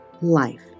LIFE